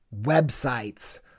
websites